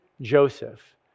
Joseph